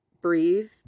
breathe